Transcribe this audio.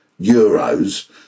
euros